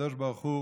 הקדוש ברוך הוא